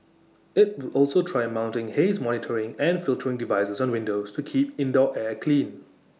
IT will also try mounting haze monitoring and filtering devices on windows to keep indoor air clean